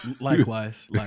Likewise